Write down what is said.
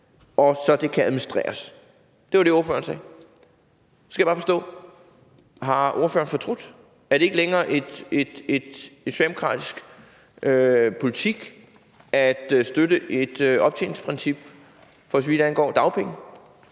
og så det kan administreres. Det var det, ordføreren sagde. Så jeg skal bare forstå: Har ordføreren fortrudt? Er det ikke længere socialdemokratisk politik at støtte et optjeningsprincip, for så vidt angår dagpenge?